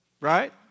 Right